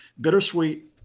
bittersweet